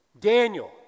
Daniel